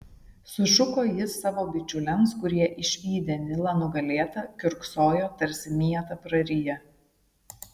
sušuko jis savo bičiuliams kurie išvydę nilą nugalėtą kiurksojo tarsi mietą prariję